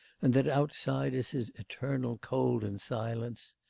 and that outside us is eternal cold and silence?